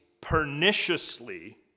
perniciously